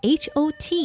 hot